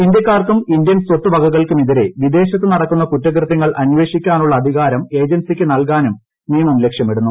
ഇന്ത്യക്കാർക്കും Indian സ്വത്ത് വകകൾക്കുമെതിരെ വിദേശത്ത് നടക്കുന്ന കുറ്റകൃതൃങ്ങൾ അന്വേഷിക്കാനുള്ള അധികാരം ഏജൻസിക്കു നൽകാനും നിയമം ലക്ഷ്യമിടുന്നു